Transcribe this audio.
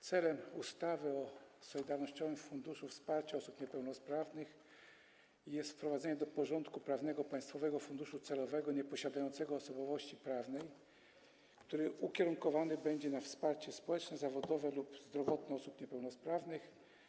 Celem ustawy o Solidarnościowym Funduszu Wsparcia Osób Niepełnosprawnych jest wprowadzenie do porządku prawnego państwowego funduszu celowego nieposiadającego osobowości prawnej, który ukierunkowany będzie na wsparcie społeczne, zawodowe lub zdrowotne osób niepełnosprawnych.